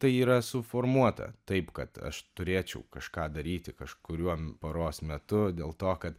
tai yra suformuota taip kad aš turėčiau kažką daryti kažkuriuo paros metu dėl to kad